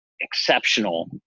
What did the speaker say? exceptional